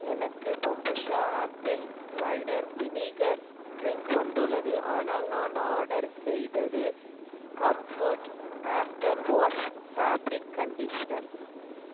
எனக்கு kombucha apple cider vinegar drink வந்துள்ளது ஆனால் நான் ஆர்டர் செய்தது comfort after wash fabric conditioner